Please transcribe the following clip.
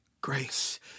grace